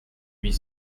huit